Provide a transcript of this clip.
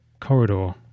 corridor